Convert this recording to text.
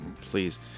please